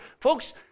Folks